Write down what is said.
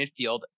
midfield